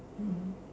mm